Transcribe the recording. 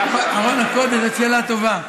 ארון הקודש, זו שאלה טובה.